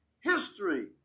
history